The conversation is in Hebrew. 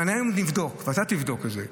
אם היום נבדוק ואתה תבדוק את זה,